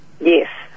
Yes